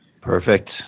Perfect